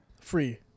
Free